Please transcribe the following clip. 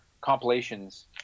compilations